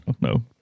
No